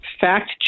fact